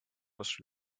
was